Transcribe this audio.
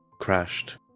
crashed